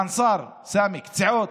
באנצאר, סמי, קציעות.